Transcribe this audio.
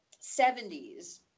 70s